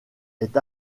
est